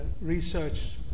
research